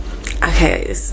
Okay